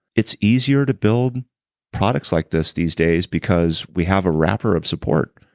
it's easier to build products like this these days, because we have a wrapper of support.